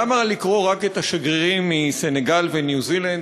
למה לקרוא רק את השגרירים מסנגל וניו-זילנד?